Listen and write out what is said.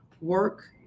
work